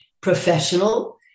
professional